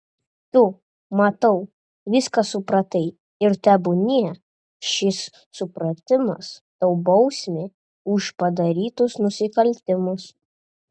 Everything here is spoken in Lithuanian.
tu matau viską supratai ir tebūnie šis supratimas tau bausmė už padarytus nusikaltimus